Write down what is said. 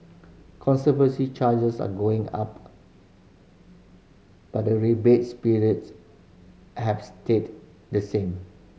conservancy charges are going up but the rebate spirits have stayed the same